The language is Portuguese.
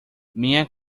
minha